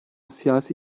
siyasi